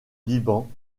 liban